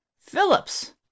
phillips